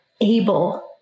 able